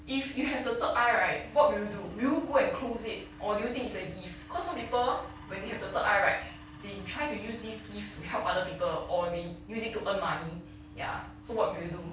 if you have the third eye right what will you do will you go and close it or do you think it's a gift cause some people when they have the third eye right they try to use this gift to help other people or they use it to earn money ya so what will you do